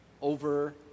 over